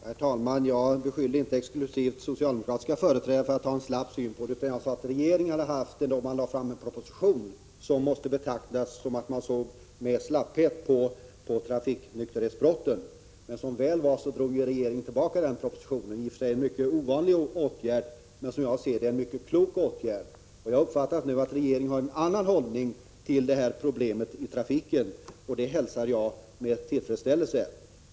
Herr talman! Jag beskyllde inte socialdemokraternas företrädare exklusivt för att ha en slapp syn, utan jag sade att regeringen hade haft det då man lade fram en proposition som måste uppfattas som att man såg med slapphet på trafiknykterhetsbrotten. Men som väl var drog regeringen tillbaka den propositionen. Det är i och för sig en mycket ovanlig åtgärd, men jag ser det som en mycket klok åtgärd. Jag har nu uppfattat att regeringen har en annan inställning till detta problem i trafiken, och det hälsar jag med tillfredsställelse.